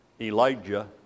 Elijah